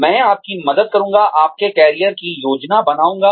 मैं आपकी मदद करूँगा अपने करियर की योजना बनाऊंगा